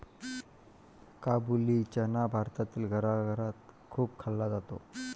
काबुली चना भारतातील घराघरात खूप खाल्ला जातो